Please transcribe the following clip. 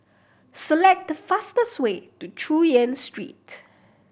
select the fastest way to Chu Yen Street